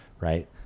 right